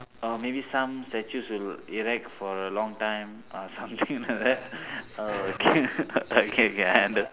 uh maybe some statues will erect for a long time uh something like that oh okay okay K I